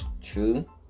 True